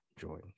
join